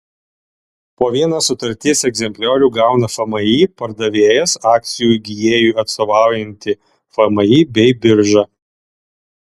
po vieną sutarties egzempliorių gauna fmį pardavėjas akcijų įgijėjui atstovaujanti fmį bei birža